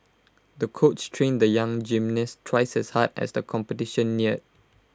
the coach trained the young gymnast twice as hard as the competition neared